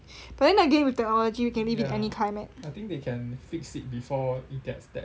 but then again with technology I think we can live in any climate